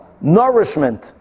nourishment